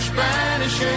Spanish